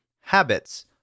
Habits